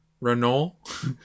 Renault